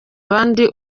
abandi